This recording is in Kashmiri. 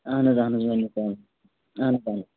اہن حظ اہن حظ ؤنِو اہن حظ